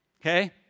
okay